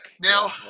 Now